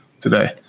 today